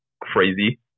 crazy